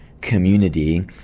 community